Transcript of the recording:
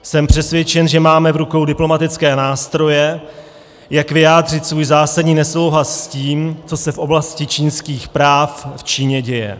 Jsem přesvědčen, že máme v rukou diplomatické nástroje, jak vyjádřit svůj zásadní nesouhlas s tím, co se v oblasti lidských práv v Číně děje.